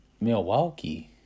Milwaukee